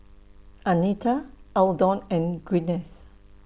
Anita Eldon and Gwyneth